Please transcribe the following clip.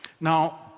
Now